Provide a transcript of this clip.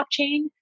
blockchain